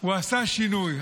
הוא עשה שינוי.